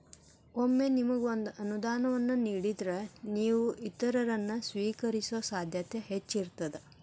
ಒಮ್ಮೆ ನಿಮಗ ಒಂದ ಅನುದಾನವನ್ನ ನೇಡಿದ್ರ, ನೇವು ಇತರರನ್ನ, ಸ್ವೇಕರಿಸೊ ಸಾಧ್ಯತೆ ಹೆಚ್ಚಿರ್ತದ